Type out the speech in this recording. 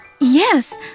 Yes